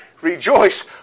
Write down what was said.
rejoice